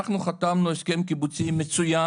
אנחנו חתמנו על הסכם קיבוצי מצוין,